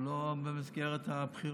הוא לא במסגרת הבחירות.